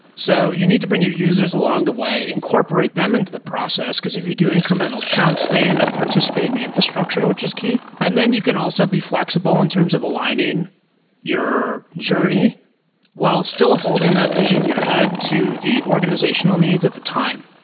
so you need to bring your users along the way, incorporate them into the process, because if you do incremental chunks, they end up participating in the infrastructure, which is key, and then you can also be flexible in terms of aligning your journey while still holding that vision in your head to the organizational needs at the time.